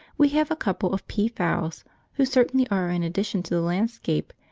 we have a couple of pea-fowl who certainly are an addition to the landscape,